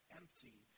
empty